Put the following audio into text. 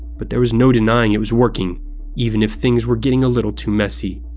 but there was no denying it was working even if things were getting a little too messy.